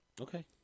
Okay